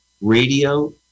radio